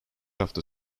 hafta